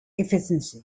efficiency